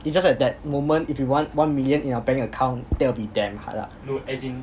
it's just at that moment if you want one million in your bank account that will be damn hard lah